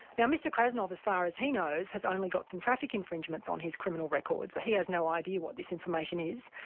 now mr krasnov as far as he knows, has only got some traffic infringements on his criminal record, so he has no idea what this information is.